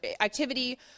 activity